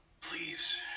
please